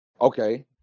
Okay